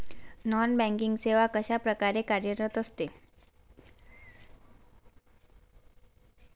Non banking सेवा कशाप्रकारे कार्यरत असते?